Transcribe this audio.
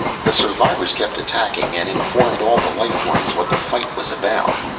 the survivors kept attacking and informed all the life forms what the fight was about.